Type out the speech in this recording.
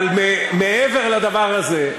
אבל מעבר לדבר הזה,